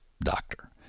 doctor